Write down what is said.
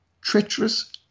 treacherous